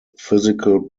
physical